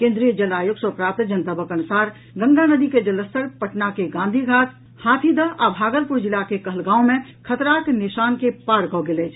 केन्द्रीय जल आयोग सँ प्राप्त जनतबक अनुसार गंगा नदी के जलस्तर पटना के गांधी घाट हाथीदह आ भागलपुर जिला के कहलगांव मे खतराक निशान के पार कऽ गेल अछि